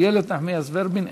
איילת נחמיאס ורבין,